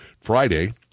Friday